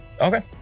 Okay